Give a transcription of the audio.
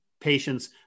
patients